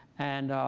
and